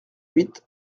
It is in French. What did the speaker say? huit